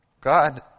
God